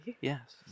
Yes